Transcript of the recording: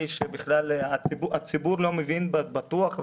הציבור לא מבין בטוח,